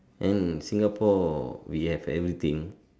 and Singapore we have everything